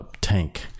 tank